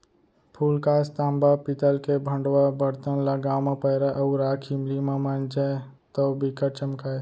फूलकास, तांबा, पीतल के भंड़वा बरतन ल गांव म पैरा अउ राख इमली म मांजय तौ बिकट चमकय